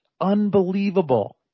unbelievable